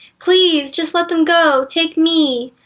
please! just let them go! take me!